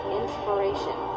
inspiration